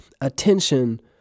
attention